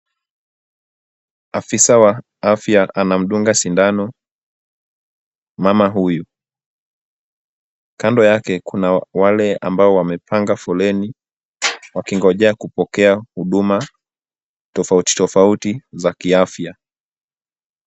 Afisa wa afya anamdunga sindano mama huyu. Kando yake kuna wale ambao wamepanga foleni wakingonjea kupokea huduma tofauti tofauti za kiafya.